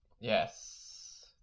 Yes